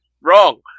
wrong